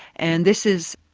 and this is,